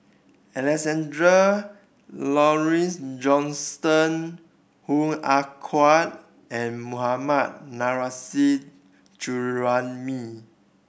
Alexander Laurie Johnston Hoo Ah Kay and Mohammad Nurrasyid Juraimi